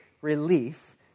relief